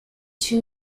two